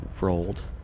rolled